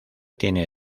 tiene